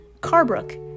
Carbrook